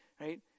right